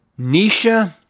Nisha